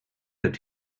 that